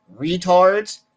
retards